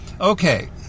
okay